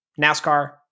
NASCAR